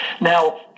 Now